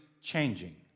changing